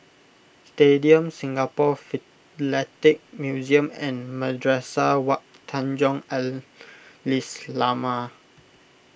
Stadium Singapore Philatelic Museum and Madrasah Wak Tanjong Al Islamiah